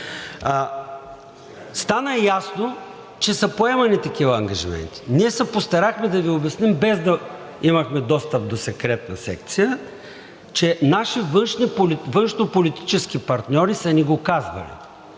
Стана ясно, че са поемани такива ангажименти. Ние се постарахме да Ви обясним, без да имаме достъп до Секретна секция, че наши външнополитически партньори са ни го казвали,